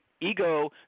ego